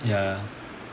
ya